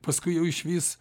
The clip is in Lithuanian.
paskui jau išvis